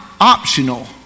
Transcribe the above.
optional